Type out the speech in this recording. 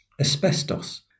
Asbestos